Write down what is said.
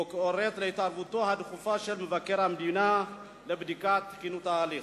וקוראת להתערבותו הדחופה של מבקר המדינה לבדיקת תקינות ההליך.